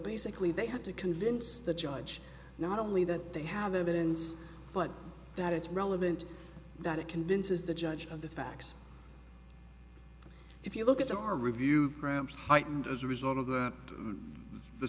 basically they have to convince the judge not only that they have evidence but that it's relevant that it convinces the judge of the facts if you look at our review ramps heightened as a result of that the